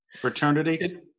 fraternity